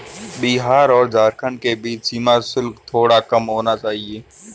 बिहार और झारखंड के बीच सीमा शुल्क थोड़ा कम होना चाहिए